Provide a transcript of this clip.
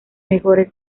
mejores